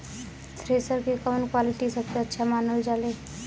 Thresher के कवन quality सबसे अच्छा मानल जाले?